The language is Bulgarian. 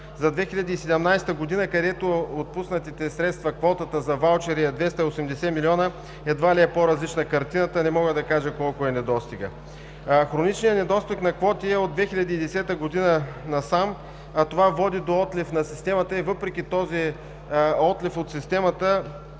За 2017 г., където отпуснатите средства, квотата за ваучери е 280 милиона, едва ли е по-различна картината, не мога да кажа колко е недостигът. Хроничният недостиг на квоти е от 2010 г. насам, а това води до отлив на системата. Въпреки този отлив от системата